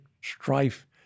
strife